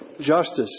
justice